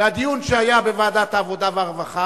והדיון שהיה בוועדת העבודה והרווחה,